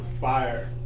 fire